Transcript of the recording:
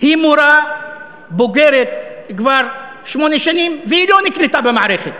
היא מורה בוגרת כבר שמונה שנים והיא לא נקלטה במערכת.